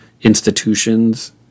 institutions